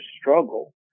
struggle